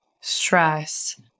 stress